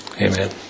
Amen